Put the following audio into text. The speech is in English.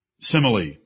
Simile